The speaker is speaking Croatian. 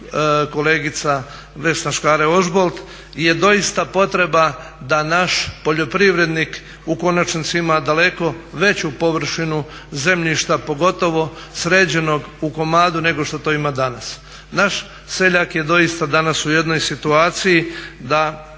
govorila Vesna Škare Ožbolt je doista potreba da naš poljoprivrednik u konačnici ima daleko veću površinu zemljišta pogotovo sređenog u komadu nego što to ima danas. Naš seljak je doista danas u jednoj situaciji da